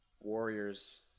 Warriors